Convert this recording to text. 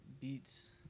beats